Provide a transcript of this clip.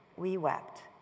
we wept.